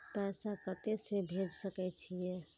पैसा कते से भेज सके छिए?